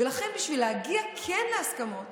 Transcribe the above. לכן, בשביל להגיע להסכמות